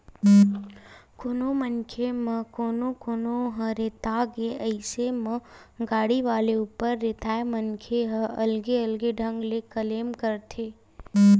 कोनो मनखे म कोनो कोनो ह रेता गे अइसन म गाड़ी वाले ऊपर रेताय मनखे ह अलगे अलगे ढंग ले क्लेम करथे